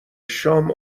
شام